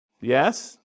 Yes